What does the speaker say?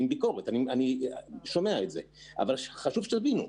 חשוב שתבינו,